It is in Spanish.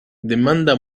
demanda